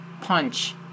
punch